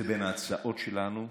זה בין ההצעות שלנו.